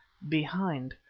behind.